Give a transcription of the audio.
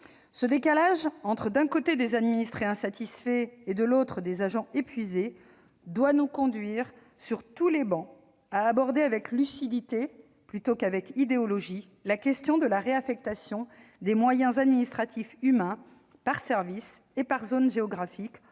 Ce décalage entre, d'un côté, des administrés insatisfaits et, de l'autre, des agents épuisés doit nous conduire, sur toutes les travées de cet hémicycle, à aborder avec lucidité, plutôt qu'avec idéologie, la question de la réaffectation des moyens administratifs humains par service et par zone géographique,